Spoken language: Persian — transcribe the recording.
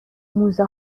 موزه